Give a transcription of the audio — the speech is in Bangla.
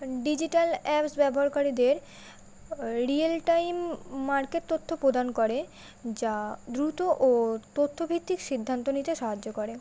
ডিজিটাল অ্যাপ ব্যবহারকারীদের রিয়েল টাইম মার্কেট তথ্য প্রদান করে যা দ্রুত ও তথ্যভিত্তিক সিদ্ধান্ত নিতে সাহায্য করে